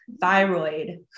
thyroid